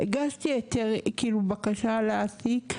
הגשתי בקשה להעסיק,